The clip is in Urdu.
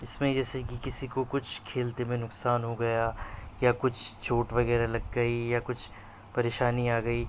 اس میں جیسے کی کسی کو کچھ کھیلتے میں نقصان ہو گیا یا کچھ چوٹ وغیرہ لگ گئی یا کچھ پریشانی آ گئی